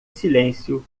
silêncio